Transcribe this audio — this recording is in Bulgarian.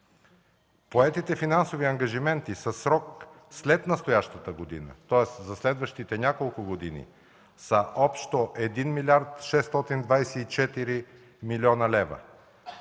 Поетите финансови ангажименти със срок след настоящата година, тоест за следващите няколко години са общо 1 млрд. 624 млн. лв.